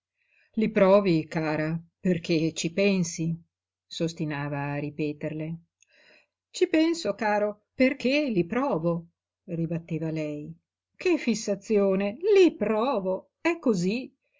i provi cara perché ci pensi s'ostinava a ripeterle ci penso caro perché li provo ribatteva lei che fissazione i provo è cosí